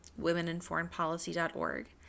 womeninforeignpolicy.org